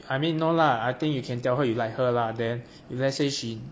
I mean no lah I think you can tell her you like her lah then if let's say she